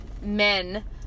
men